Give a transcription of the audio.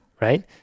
right